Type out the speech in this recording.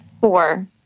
Four